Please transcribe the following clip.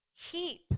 keep